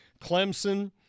Clemson